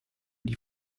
die